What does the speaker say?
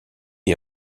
est